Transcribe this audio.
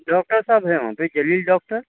doctor صاحب ہیں وہاں پہ جلیل ڈاکٹر